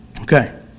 Okay